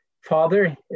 father